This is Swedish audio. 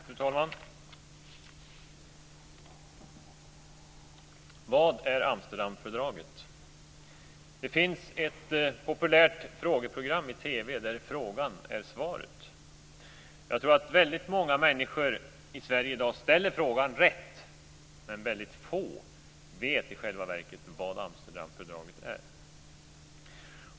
Fru talman! Vad är Amsterdamfördraget? Det finns ett populärt frågeprogram i TV där frågan är svaret. Jag tror att väldigt många människor i Sverige i dag ställer frågan rätt, men väldigt få vet i själva verket vad Amsterdamfördraget är.